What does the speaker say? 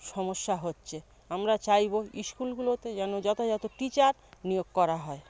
সমস্যা হচ্ছে আমরা চাইব স্কুলগুলোতে যেন যথাযথ টিচার নিয়োগ করা হয়